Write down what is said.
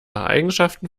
eigenschaften